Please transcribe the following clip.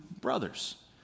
brothers